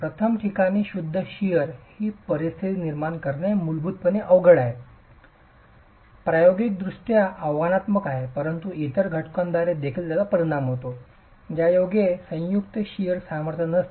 प्रथम ठिकाणी शुद्ध शिअर ची परिस्थिती निर्माण करणे मूलभूतपणे अवघड आहे प्रायोगिकदृष्ट्या आव्हानात्मक आहे परंतु इतर घटकांद्वारे देखील त्याचा परिणाम होतो ज्यायोगे संयुक्त शिअर सामर्थ्य नसते